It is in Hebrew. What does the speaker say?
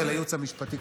ולייעוץ המשפטי,